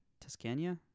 Tuscany